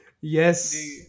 Yes